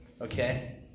Okay